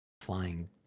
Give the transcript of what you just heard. flying